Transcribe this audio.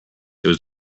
was